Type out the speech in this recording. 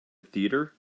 theater